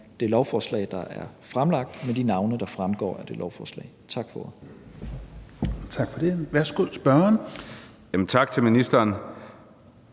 det lovforslag, der er fremlagt, med de navne, der fremgår af det lovforslag. Tak for ordet. Kl. 16:11 Fjerde næstformand